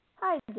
Hi